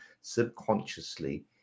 subconsciously